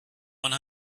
one